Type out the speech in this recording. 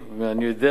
ואני יודע,